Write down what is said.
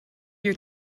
your